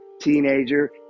teenager